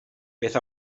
beth